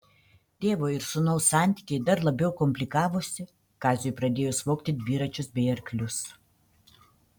tėvo ir sūnaus santykiai dar labiau komplikavosi kaziui pradėjus vogti dviračius bei arklius